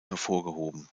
hervorgehoben